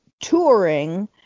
touring